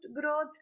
growth